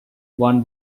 one